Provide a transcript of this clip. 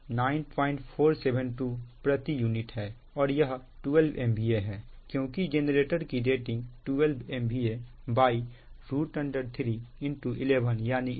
इस स्थिति में 9472 प्रति यूनिट है और यह 12 MVA है क्योंकि जेनरेटर की रेटिंग 12 MVA311 यानी 11KV